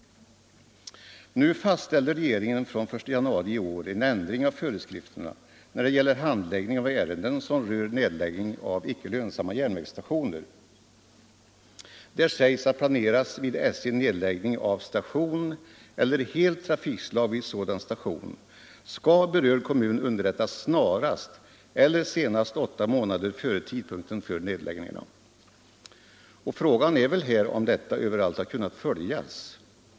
Nu fastställde regeringen en ändring av föreskrifterna — gällande fr.o.m. den 1 januari i år — i fråga om handläggning av ärenden som berör nedläggning av icke lönsamma järnvägsstationer. Där sägs att om det vid SJ planeras nedläggning av station eller helt trafikslag vid sådan station skall berörd kommun underrättas snarast eller senast åtta månader före tidpunkten för nedläggningen. Frågan är om denna bestämmelse överallt har kunnat följas.